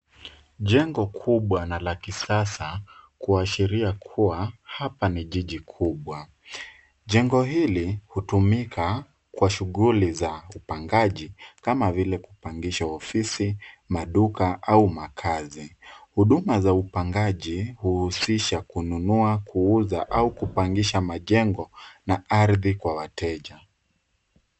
Jengo kubwa na la kisasa kuashiria kua hapa ni jiji kubwa. Jengo hili hutumika kwa shughuli za upangaji kama vile kupangisha ofisi, maduka au makazi. Huduma za upangaji huuzisha kununua kuuza au kupangisha majengo na ardhi kwa wateja.